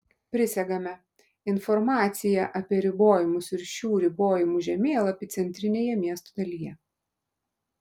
prisegame informaciją apie ribojimus ir šių ribojimų žemėlapį centrinėje miesto dalyje